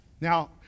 Now